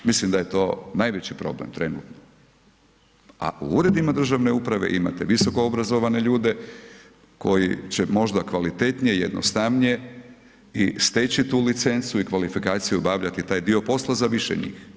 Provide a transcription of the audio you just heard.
Mislim da je to najveći problem trenutno, a u uredima državne uprave, imate visoke obrazovane ljude, koji će možda kvalitetnije i jednostavnije, i steći tu licencu i kvalifikaciju obavljati, taj dio posla, za više njih.